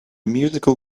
musical